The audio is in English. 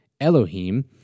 Elohim